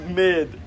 mid